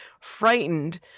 frightened